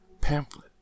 pamphlet